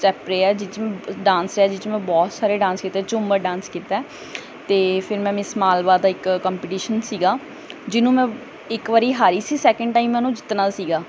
step ਰਿਹਾ ਜਿਹ 'ਚ ਡਾਂਸ ਹੈ ਜਿਹ 'ਚ ਮੈਂ ਬਹੁਤ ਸਾਰੇ ਡਾਂਸ ਕੀਤੇ ਝੂਮਰ ਡਾਂਸ ਕੀਤਾ ਅਤੇ ਫਿਰ ਮੈਂ ਮਿਸ ਮਾਲਵਾ ਦਾ ਇੱਕ ਕੰਪੀਟੀਸ਼ਨ ਸੀਗਾ ਜਿਹਨੂੰ ਮੈਂ ਇੱਕ ਵਾਰੀ ਹਾਰੀ ਸੀ ਸੈਕਿੰਡ ਟਾਈਮ ਮੈਂ ਉਹਨੂੰ ਜਿੱਤਣਾ ਸੀਗਾ